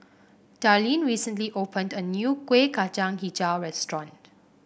Darleen recently opened a new Kueh Kacang hijau restaurant